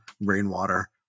Rainwater